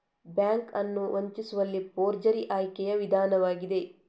bank ಅನ್ನು ವಂಚಿಸುವಲ್ಲಿ forgery ಆಯ್ಕೆಯ ವಿಧಾನವಾಗಿದೆ